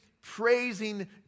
praising